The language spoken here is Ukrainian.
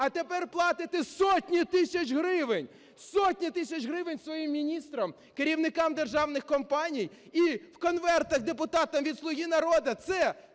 А тепер платите сотні тисяч гривень, сотні тисяч гривень своїм міністрам, керівникам державних компаній і в конвертах депутатам від "Слуги народу". Це